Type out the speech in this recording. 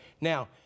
Now